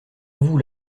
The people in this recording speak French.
vous